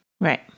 Right